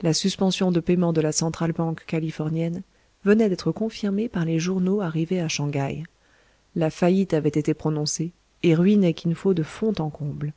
la suspension de paiements de la centrale banque californienne venait d'être confirmée par les journaux arrivés à shang haï la faillite avait été prononcée et ruinait kin fo de fond en comble